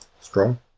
Strong